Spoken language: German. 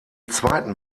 zweiten